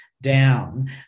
down